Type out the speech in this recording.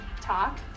talk